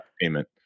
payment